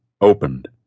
opened